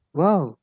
wow